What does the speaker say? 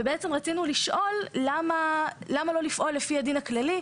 ובעצם רצינו לשאול למה לא לפעול לפי הדין הכללי.